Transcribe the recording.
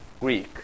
Greek